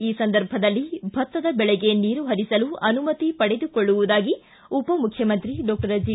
ಈ ಸಂದರ್ಭದಲ್ಲಿ ಭತ್ತದ ಬೆಳೆಗೆ ನೀರು ಹರಿಸಲು ಅನುಮತಿ ಪಡೆದುಕೊಳ್ಳುವುದಾಗಿ ಉಪಮುಖ್ಯಮಂತ್ರಿ ಡಾಕ್ಟರ್ ಜಿ